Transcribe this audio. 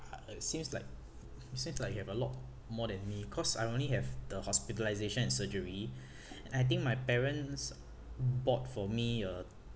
uh it seems like it seems like you have a lot more than me cause I only have the hospitalisation and surgery and I think my parents bought for me a